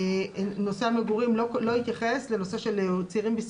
נושא המגורים לא התייחס לנושא של צעירים בסיכון.